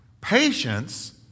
Patience